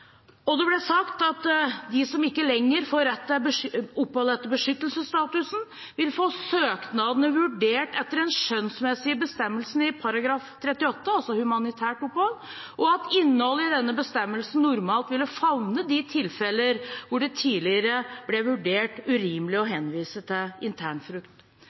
Og det ble sagt at de som ikke lenger får rett til opphold etter beskyttelsesstatusen, vil få søknadene vurdert etter den skjønnsmessige bestemmelsen i § 38, altså humanitært opphold, og at innholdet i denne bestemmelsen normalt ville favne de tilfeller hvor det tidligere ble vurdert urimelig å henvise til